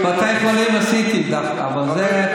בבתי חולים עשיתי דווקא,